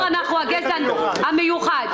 אמר גזע מיוחד.